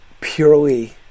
purely